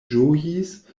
ĝojis